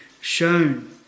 shown